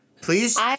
Please